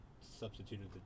substituted